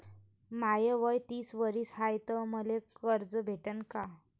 माय वय तीस वरीस हाय तर मले कर्ज भेटन का?